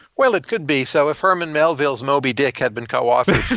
well, it could be. so if herman melville's moby-dick had been co-authored,